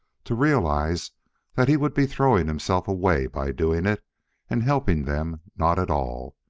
to realize that he would be throwing himself away by doing it and helping them not at all.